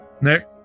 Nick